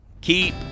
keep